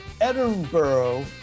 Edinburgh